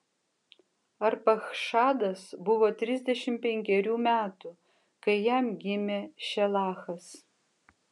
arpachšadas buvo trisdešimt penkerių metų kai jam gimė šelachas